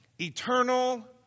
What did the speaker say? eternal